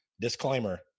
Disclaimer